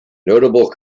notable